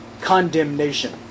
condemnation